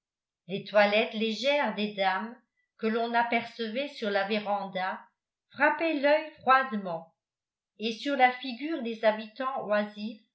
les toilettes légères des dames que l'on apercevait sur la véranda frappaient l'œil froidement et sur la figure des habitants oisifs